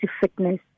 fitness